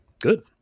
Good